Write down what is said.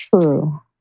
true